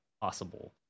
possible